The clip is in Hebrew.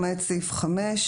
למעט סעיף 5,